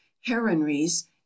heronries